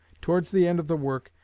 towards the end of the work,